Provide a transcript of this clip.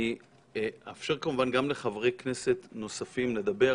אני אאפשר, כמובן, גם לחברי כנסת נוספים לדבר.